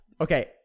okay